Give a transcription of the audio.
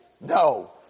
No